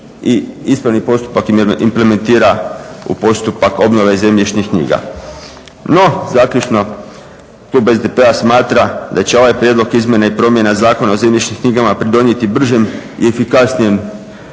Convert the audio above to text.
i ispravni postupak implementira u postupak obnove zemljišnih knjiga. No zaključno, klub SDP-a smatra da će ovaj prijedlog izmjena i promjena Zakona o zemljišnim knjigama pridonijeti bržem i efikasnijem